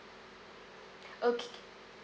okay